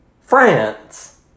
France